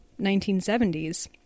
1970s